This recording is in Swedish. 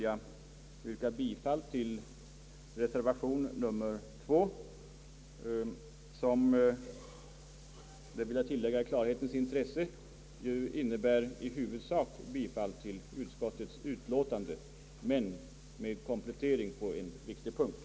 Jag yrkar bifall till reservation nr 2 som, det vill jag i klarhetens intresse tillägga, innebär i huvudsak bifall till utskottets utlåtande men med en viktig komplettering.